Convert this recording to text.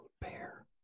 bear